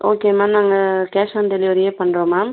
okay ma'am நாங்கள் cash on டெலிவரியே பண்ணுறோம் மேம்